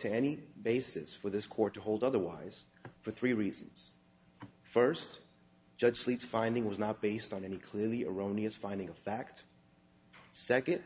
to any basis for this court to hold otherwise for three reasons first judge sleep finding was not based on any clearly erroneous finding of fact second